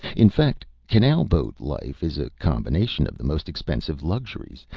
in fact, canal-boat life is a combination of the most expensive luxuries,